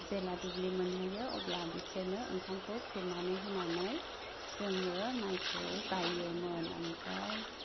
जेला दुब्लि मोनहैयो अब्ला बिसोरनो ओंखामखौ खुरनानै होनानै जोंङो माइखौ गायोमोन ओमफ्राय